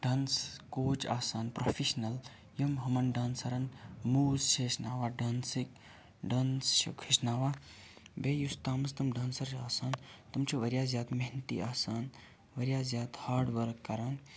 dance coach آسان professional یِم یِمَن ڈانسَرَن مووٕز چھِ ہیٚچھناوان ڈانسٕکۍ ڈانس چھِکھ ہیٚچھناوان بیٚیہِ یُس تَتھ مَنٛز ڈانسَر چھِ آسان تِم چھِ واریاہ زیادٕ محنتی آسان واریاہ زیادٕ ہاڑ ؤرک کَران